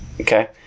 Okay